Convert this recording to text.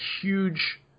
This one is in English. huge